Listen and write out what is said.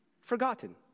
forgotten